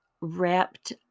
wrapped